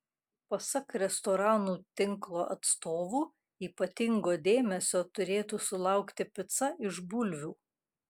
pasak restoranų tinklo atstovų ypatingo dėmesio turėtų sulaukti pica iš bulvių